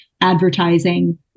advertising